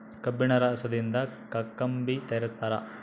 ಕಬ್ಬಿಣ ರಸದಿಂದ ಕಾಕಂಬಿ ತಯಾರಿಸ್ತಾರ